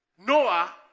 Noah